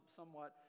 somewhat